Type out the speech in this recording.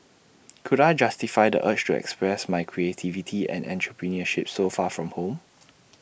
could I justify the urge to express my creativity and entrepreneurship so far from home